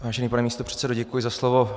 Vážený pane místopředsedo, děkuji za slovo.